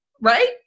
right